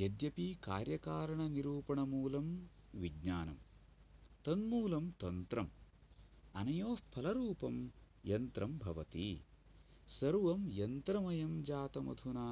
यद्यपि कार्यकारनिरूपणमूलं विज्ञानं तन्मूलं तन्त्रम् अनयोः फलरूपं यन्त्रं भवति सर्वं यन्त्रमयं जातमधुना